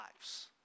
lives